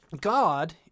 God